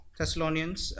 Thessalonians